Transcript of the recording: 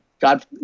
God